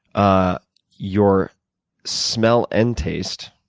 ah your smell and taste,